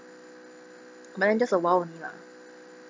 but then just awhile only lah